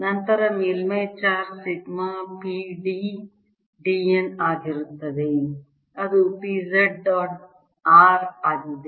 ನಂತರ ಮೇಲ್ಮೈ charge sigma p d d n ಆಗಿರುತ್ತದೆ ಅದು p z ಡಾಟ್ r ಆಗಿದೆ